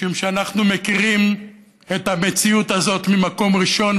משום שאנחנו מכירים את המציאות הזאת ממקום ראשון,